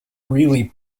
really